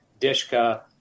Dishka